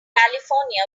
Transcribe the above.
california